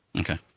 Okay